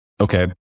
okay